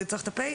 צריך פ'?